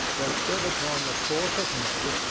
there stood upon the fourth of may,